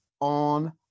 on